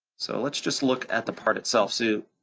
so let's just look at the part itself. so